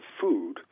food